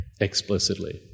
explicitly